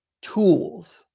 tools